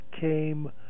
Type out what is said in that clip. came